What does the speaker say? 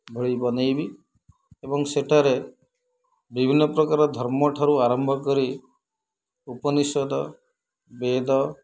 ଭଳି ବନାଇବି ଏବଂ ସେଠାରେ ବିଭିନ୍ନପ୍ରକାର ଧର୍ମଠାରୁ ଆରମ୍ଭ କରି ଉପନିଷଦ ବେଦ